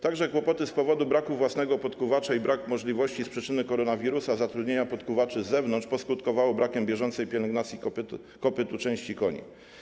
Także kłopoty z powodu braku własnego podkuwacza i brak możliwości, z przyczyny koronawirusa, zatrudnienia podkuwaczy z zewnątrz poskutkowały brakiem bieżącej pielęgnacji kopyt u części koni.